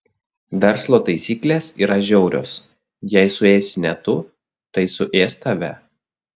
verslo taisyklės yra žiaurios jei suėsi ne tu tai suės tave